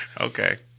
Okay